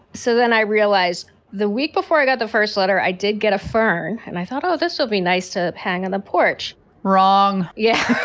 so then i realized the week before i got the first letter, i did get a fern and i thought, oh, this will be nice to hang on the porch wrong yeah,